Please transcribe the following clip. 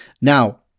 Now